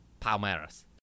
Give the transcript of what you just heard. Palmeiras